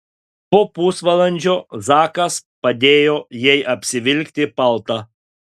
po pusvalandžio zakas padėjo jai apsivilkti paltą